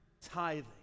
tithing